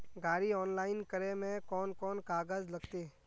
गाड़ी ऑनलाइन करे में कौन कौन कागज लगते?